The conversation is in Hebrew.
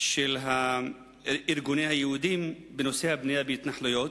של הארגונים היהודיים בנושא הבנייה בהתנחלויות.